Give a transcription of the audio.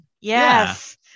yes